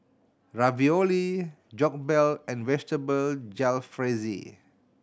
Ravioli Jokbal and Vegetable Jalfrezi